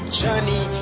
journey